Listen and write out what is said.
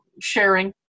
sharing